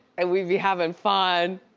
and we'd be havin' fun.